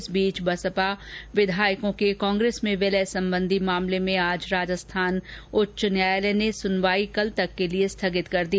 इस बीच बसपा विधायकों के कांग्रेस में विलय सम्बन्धी मामले में आज राजस्थान उच्च न्यायालय ने सुनवाई कल तक के लिए स्थगित कर दी